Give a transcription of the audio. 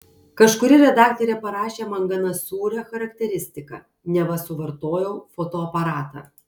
kažkuri redaktorė parašė man gana sūrią charakteristiką neva suvartojau fotoaparatą